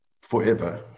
forever